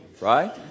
right